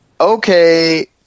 okay